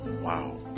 Wow